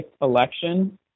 election